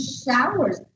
showers